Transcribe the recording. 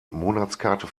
monatskarte